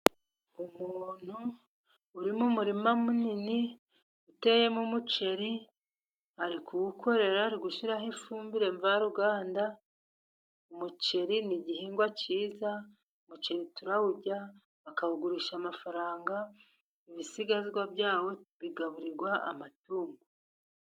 Umuntu urimo murima munini, uteyemo umuceri ari kuwukorera ari gushyiraho ifumbire mvaruganda, umuceri n'igihingwa cyiza umuceri turawurya, bakawugurisha amafaranga, ibisigazwa byawo bigaburirwa amatungo.